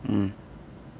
mm